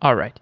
all right.